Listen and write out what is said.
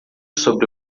sobre